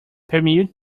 permute